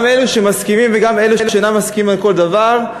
גם אלו שמסכימים וגם אלה שאינם מסכימים על כל דבר,